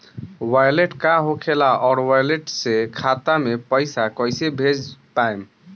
Wallet का होखेला और वैलेट से खाता मे पईसा कइसे भेज पाएम?